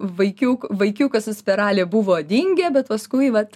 vaikiuk vaikiukas su spiralė buvo dingę bet paskui vat